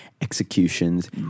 executions